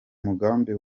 mugambi